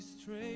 straight